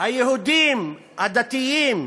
היהודים הדתיים,